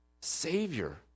Savior